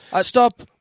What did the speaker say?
Stop